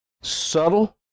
subtle